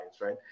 right